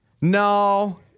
no